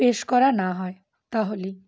পেশ করা না হয় তাহলেই